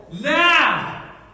Now